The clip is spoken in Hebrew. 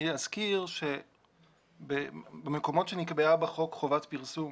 אני אזכיר שבמקומות שנקבעה בחוק חובת פרסום